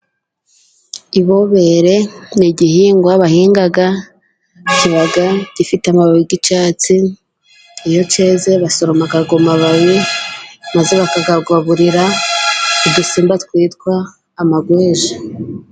Ibobere nk igihingwa bahinga, kiba gifite amabab yi'cuatsi, iyo cyeze basoroma ayo mababi maze bakayagaburira udusimba twitwa amagweja.